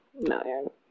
no